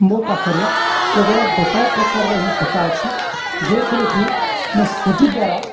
ମୋ ପାଖରେ କେବଳ ଗୋଟାଏ ପ୍ରକାରର ହିଁ ସୂତା ଅଛି ଯେଉଁଥିରେକିି ମୋ ଛୁଞ୍ଚି ଦ୍ୱାରା